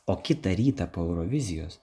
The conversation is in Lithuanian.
o kitą rytą po eurovizijos